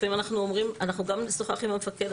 לפעמים אנחנו גם נשוחח עם המפקד,